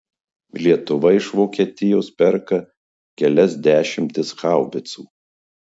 lietuva iš vokietijos perka kelias dešimtis haubicų